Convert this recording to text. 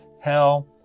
hell